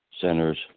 centers